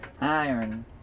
iron